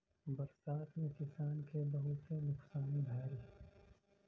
बरसात में किसान क बहुते नुकसान भयल